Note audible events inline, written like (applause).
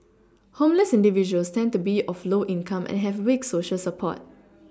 homeless individuals tend to be of low income and have weak Social support (noise)